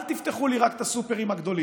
אל תפתחו לי רק את הסופרים הגדולים,